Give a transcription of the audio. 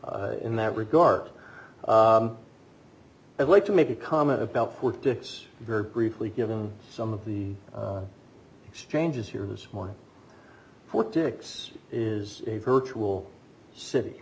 in that regard i'd like to make a comment about fort dix very briefly given some of the exchanges here this morning fort dix is a virtual city